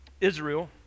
Israel